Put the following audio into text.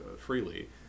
freely